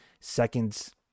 seconds